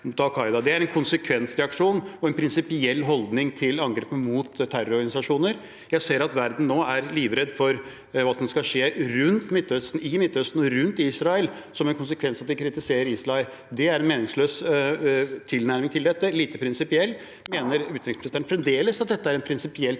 Det er en konsekvensreaksjon og en prinsipiell holdning til angrep mot terrororganisasjoner. Jeg ser at mennesker i verden nå er livredde for hva som skal skje i Midtøsten og rundt Israel som en konsekvens av at de kritiserer Israel. Det er en meningsløs tilnærming til dette og lite prinsipielt. Mener utenriksministeren fremdeles at dette er en prinsipiell tilnærming